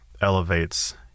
elevates